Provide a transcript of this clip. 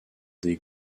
des